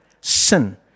sin